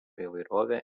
įvairovė